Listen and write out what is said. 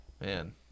Man